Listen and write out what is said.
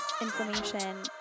inflammation